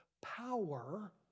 power